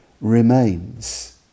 remains